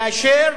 כאשר